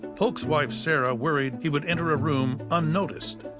polk's wife sarah worried he would enter a room unnoticed.